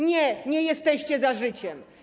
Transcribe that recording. Nie, nie jesteście za życiem.